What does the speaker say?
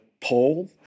poll